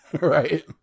Right